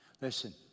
Listen